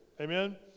Amen